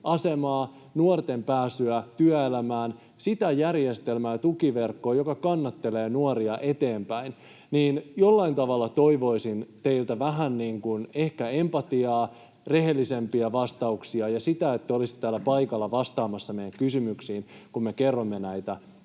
asemaa, nuorten pääsyä työelämään, sitä järjestelmää ja tukiverkkoa, joka kannattelee nuoria eteenpäin, niin jollain tavalla toivoisin teiltä vähän ehkä empatiaa, rehellisempiä vastauksia ja sitä, että te olisitte täällä paikalla vastaamassa näihin kysymyksiin, kun me kerromme näitä faktoja